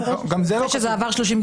גם זה לא כתוב.